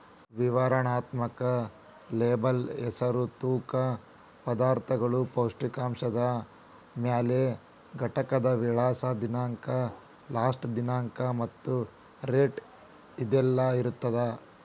ವಿವರಣಾತ್ಮಕ ಲೇಬಲ್ ಹೆಸರು ತೂಕ ಪದಾರ್ಥಗಳು ಪೌಷ್ಟಿಕಾಂಶದ ಮೌಲ್ಯ ಘಟಕದ ವಿಳಾಸ ದಿನಾಂಕ ಲಾಸ್ಟ ದಿನಾಂಕ ಮತ್ತ ರೇಟ್ ಇದೆಲ್ಲಾ ಇರತ್ತ